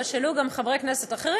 ושהעלו גם חברי כנסת אחרים,